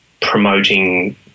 promoting